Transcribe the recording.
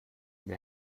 wir